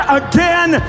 again